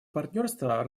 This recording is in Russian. партнерства